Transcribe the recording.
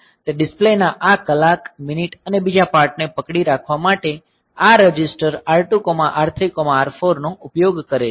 તે ડિસ્પ્લે ના આ કલાક મિનિટ અને બીજા પાર્ટને પકડી રાખવા માટે આ રજિસ્ટર R2 R3 R4 નો ઉપયોગ કરે છે